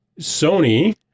Sony